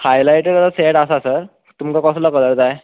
highlighter set आसा sir तुमकां कसलो कलर जाय